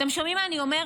אתם שומעים מה אני אומרת?